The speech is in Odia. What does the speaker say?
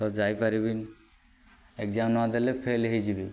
ତ ଯାଇପାରିବିନି ଏଗଜାମ୍ ନ ଦେଲେ ଫେଲ୍ ହେଇଯିବି